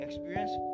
Experience